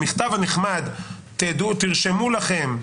במכתב הנחמד תרשמו לכם: